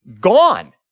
gone